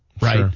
right